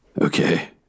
Okay